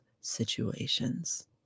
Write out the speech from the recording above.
situations